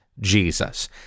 Jesus